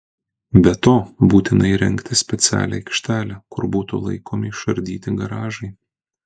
be to būtina įrengti specialią aikštelę kur būtų laikomi išardyti garažai